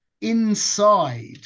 inside